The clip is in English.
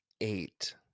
eight